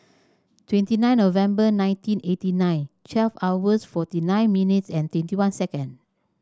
twenty nine November nineteen eighty nine twelve hours forty nine minutes and twenty one second